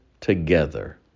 together